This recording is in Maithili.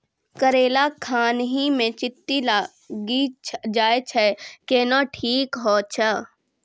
करेला खान ही मे चित्ती लागी जाए छै केहनो ठीक हो छ?